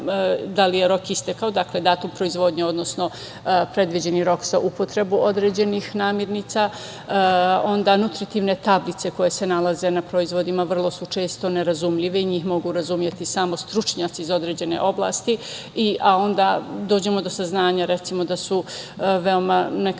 da li je rok istekao, dakle, datum proizvodnje, odnosno predviđeni rok za upotrebu određenih namernica, onda nutritivne tablice koje se nalaze na proizvodima vrlo su često nerazumljive i njih mogu razumeti samo stručnjaci iz određene oblasti, a onda dođemo do saznanja, recimo, da su veoma nekada i